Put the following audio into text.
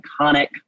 iconic